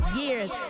years